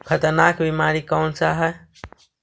खतरनाक बीमारी कौन सा है?